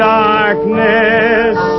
darkness